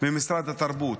ממשרד התרבות.